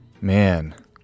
man